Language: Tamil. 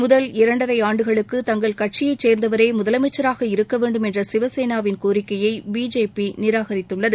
முதல் இரண்டரை ஆண்டுகளுக்கு தங்கள் கட்சியைச் சேர்ந்தவரே முதலமைச்சராக இருக்க வேண்டும் என்ற சிவசேனாவின் கோரிக்கையை பிஜேபி நிராகரித்துள்ளது